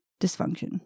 dysfunction